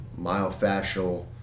myofascial